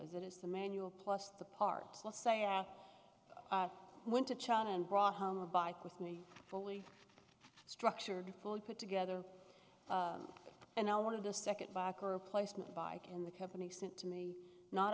as it is the manual plus the parts let's say i went to china and brought home a bike with me fully structured fully put together and i wanted a second bike or a placement bike in the company sent to me not